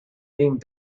being